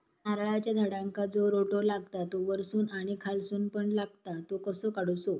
नारळाच्या झाडांका जो रोटो लागता तो वर्सून आणि खालसून पण लागता तो कसो काडूचो?